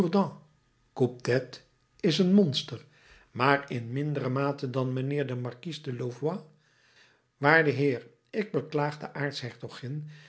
coupe tête is een monster maar in mindere mate dan mijnheer de markies de louvois waarde heer ik beklaag de aartshertogin